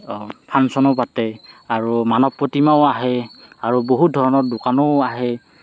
ফাংচনো পাতে আৰু মানৱ প্ৰতিমাও আহে আৰু বহুত ধৰণৰ দোকানো আহে